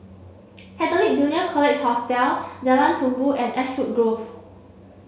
Catholic Junior College Hostel Jalan Tumpu and Ashwood Grove